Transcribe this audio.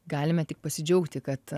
galime tik pasidžiaugti kad